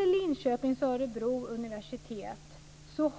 Linköpings och Örebro universitet